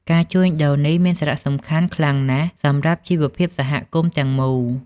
ការជួញដូរនេះមានសារៈសំខាន់ខ្លាំងណាស់សម្រាប់ជីវភាពសហគមន៍ទាំងមូល។